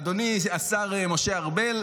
ואדוני השר משה ארבל,